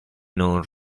non